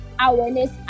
awareness